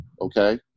okay